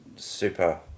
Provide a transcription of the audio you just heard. super